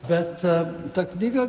bet ta knyga